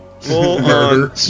full-on